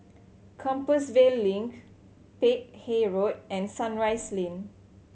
Compassvale Link Peck Hay Road and Sunrise Lane